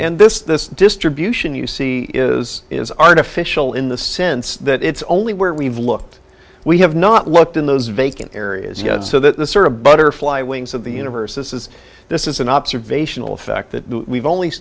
and this this distribution you see is is artificial in the sense that it's only where we've looked we have not looked in those vacant areas yet so that the sort of butterfly wings of the universe this is this is an observational fact that we've only